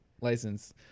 License